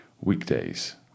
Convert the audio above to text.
Weekdays